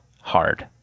hard